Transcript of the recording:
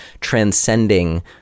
transcending